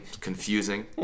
confusing